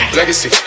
Legacy